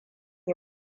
yi